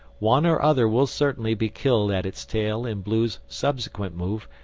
one or other will certainly be killed at its tail in blue's subsequent move,